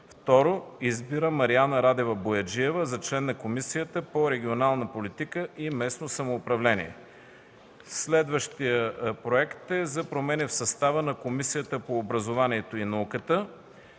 2. Избира Мариана Радева Бояджиева за член на Комисията по регионална политика и местно самоуправление.” Следващият проект е за промени в състава на Комисията по образованието и науката.